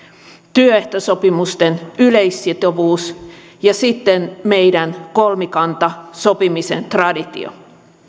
työehtosopimusten yleissitovuus ja sitten meidän kolmikantasopimisen traditiomme